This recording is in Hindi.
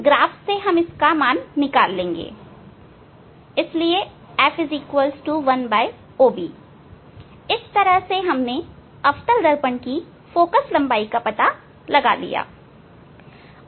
ग्राफ से हम OB का मान निकालेंगे इसलिए f1OB इस तरह से हम अवतल दर्पण की फोकस लंबाई का पता लगा सकते हैं